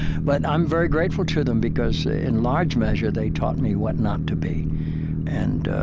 but i'm very grateful to them, because in large measure they taught me what not to be and